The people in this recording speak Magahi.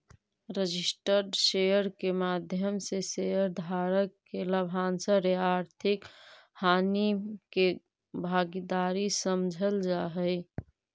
रजिस्टर्ड शेयर के माध्यम से शेयर धारक के लाभांश या आर्थिक हानि के भागीदार समझल जा हइ